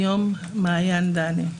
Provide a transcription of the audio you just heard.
היום מעיין דני.